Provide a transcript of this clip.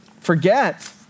forget